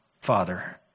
Father